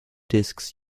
disks